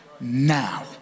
now